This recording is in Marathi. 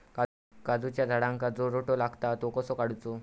काजूच्या झाडांका जो रोटो लागता तो कसो काडुचो?